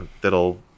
that'll